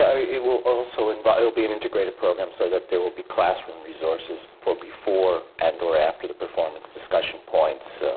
ah it will and but will be an integrated program, so that there will be classroom resources for before and or after the performance discussion points,